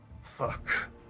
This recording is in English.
Fuck